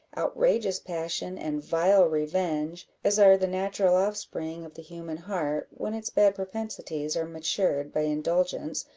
outrageous passion, and vile revenge, as are the natural offspring of the human heart, when its bad propensities are matured by indulgence,